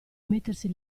mettersi